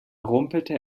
rumpelte